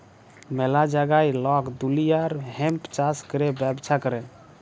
ম্যালা জাগায় লক দুলিয়ার হেম্প চাষ ক্যরে ব্যবচ্ছা ক্যরে